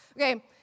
Okay